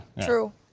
True